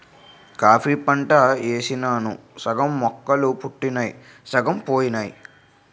coffee పంట యేసినాను సగం మొక్కలు పుట్టినయ్ సగం పోనాయి